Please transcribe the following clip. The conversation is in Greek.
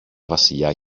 βασιλιά